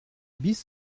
bis